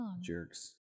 jerks